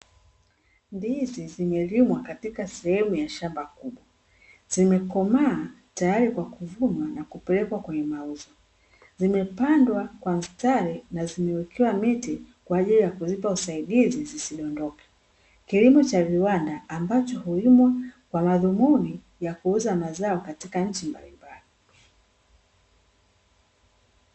Ndizi zimelimwa katika sehemu ya shamba kubwa zimekomaa tayari kwa kuvunwa na kupelekwa kwenye mauzo, zimepandwa kwa mstari na zimewekewa miti kwa ajili ya kuzipa usaidizi zisidondoke, kilimo cha viwanda ambacho hulimwa kwa madhumuni ya kuuza mazao katika nchi mbalimbali .